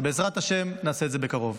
ובעזרת השם נעשה את זה בקרוב.